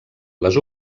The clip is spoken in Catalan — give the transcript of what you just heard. les